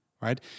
right